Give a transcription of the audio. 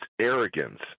arrogance